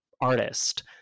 artist